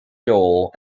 doyle